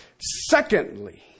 Secondly